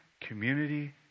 community